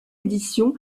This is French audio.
édition